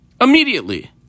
immediately